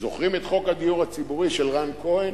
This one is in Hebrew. זוכרים את חוק הדיור הציבורי של רן כהן?